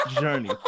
journey